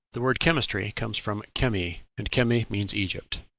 the word chemistry comes from chemi, and chemi means egypt.